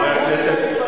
חבר הכנסת,